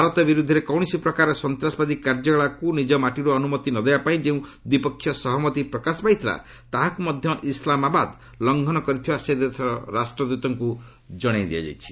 ଭାରତ ବିରୁଦ୍ଧରେ କୌଣସି ପ୍ରକାରର ସନ୍ତାସବାଦୀ କାର୍ଯ୍ୟକଳାପକୁ ନିଜ ମାଟିରୁ ଅନୁମତି ନ ଦେବା ପାଇଁ ଯେଉଁ ଦ୍ୱିପକ୍ଷୀୟ ସହମତି ପ୍ରକାଶ ପାଇଥିଲା ତାହାକୁ ମଧ୍ୟ ଇସ୍ଲାମାବାଦ ଲଂଘନ କରିଥିବା ସେ ଦେଶର ରାଷ୍ଟ୍ରଦୂତଙ୍କୁ ଜଣାଇ ଦିଆଯାଇଛି